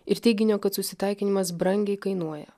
ir teiginio kad susitaikinimas brangiai kainuoja